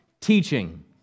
teaching